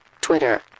Twitter